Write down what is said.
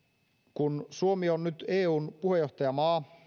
kun suomi on nyt eun puheenjohtajamaa